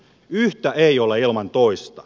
yhtä ei ole ilman toista